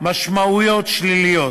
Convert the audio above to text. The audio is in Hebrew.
משמעויות שליליות.